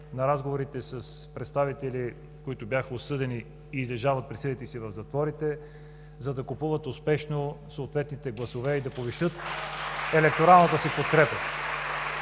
на разговорите с представители, които бяха осъдени и излежават присъдите си в затворите, за да купуват успешно съответните гласове и да повишат електоралната си подкрепа.